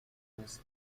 topics